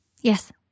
Yes